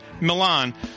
Milan